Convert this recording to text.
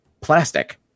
plastic